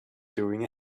doing